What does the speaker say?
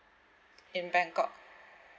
in bangkok